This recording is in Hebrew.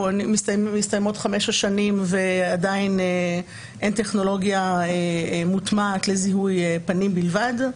מסתיימות חמש השנים ועדיין אין טכנולוגיה מוטמעת לזיהוי פנים בלבד.